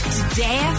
Today